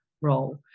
role